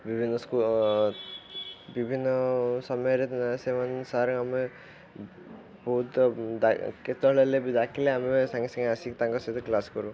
ବିଭିନ୍ନ ବିଭିନ୍ନ ସମୟରେ ସେମାନେ ସାର୍ ଆମେ ବହୁତ କେତେବେଳେ ହେଲେ ବି ଡାକିଲେ ଆମେ ସାଙ୍ଗେ ସାଙ୍ଗେ ଆସିକି ତାଙ୍କ ସହିତ କ୍ଲାସ୍ କରୁ